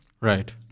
Right